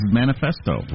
manifesto